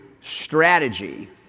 strategy